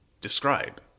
describe